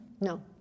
No